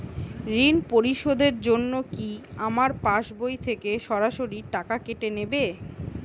ঋণ পরিশোধের জন্য কি আমার পাশবই থেকে সরাসরি টাকা কেটে নেবে?